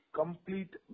complete